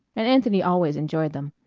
and anthony always enjoyed them.